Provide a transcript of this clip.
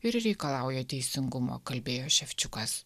ir reikalauja teisingumo kalbėjo ševčiukas